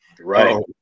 right